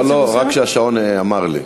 לא, רק שהשעון אמר לי.